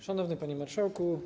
Szanowny Panie Marszałku!